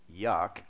yuck